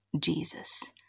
Jesus